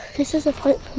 this is a part